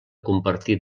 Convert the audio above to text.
compartir